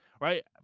right